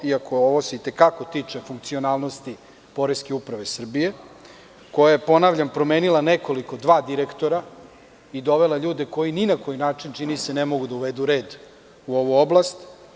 Ovo se tiče funkcionalnosti poreske uprave Srbije koja je, ponavljam, promenila dva direktora i dovela ljude koji ni na koji način ne mogu da uvedu red u ovu oblast.